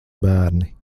bērni